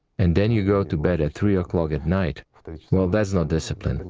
and then you go to bed at three o'clock at night well, that's not discipline, and